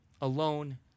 alone